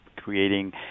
creating